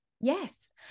Yes